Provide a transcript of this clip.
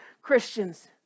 Christians